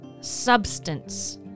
substance